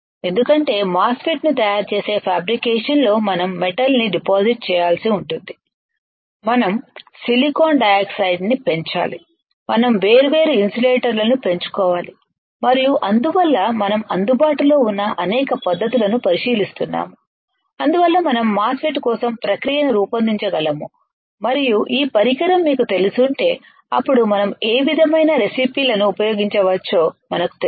ఎందుకంటే MOSFET ను తయారుచేసే ఫాబ్రికేషన్లో మనం మెటల్ ని డిపాజిట్ చేయాల్సి ఉంటుంది మనం సిలికాన్ డయాక్సైడ్ను పెంచాలి మనం వేర్వేరు ఇన్సులేటర్ లను పెంచుకోవాలి మరియు అందువల్ల మనం అందుబాటులో ఉన్న అనేక పద్ధతులను పరిశీలిస్తున్నాము అందువల్ల మనం మాస్ ఫెట్ కోసం ప్రక్రియను రూపొందించగలము మరియు ఈ పరికరం మీకు తెలిసుంటే అప్పుడు మనం ఏ విధమైన రెసిపీ లను ఉపయోగించవచ్చో మనకు తెలుసు